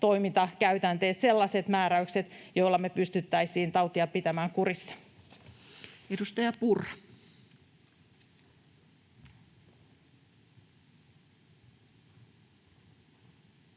toimintakäytänteet, sellaiset määräykset, joilla me pystyttäisiin tautia pitämään kurissa. [Speech 261]